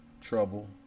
trouble